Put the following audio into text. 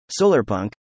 solarpunk